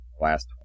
last